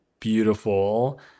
beautiful